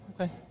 Okay